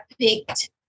picked